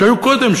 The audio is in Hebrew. שהיו קודם,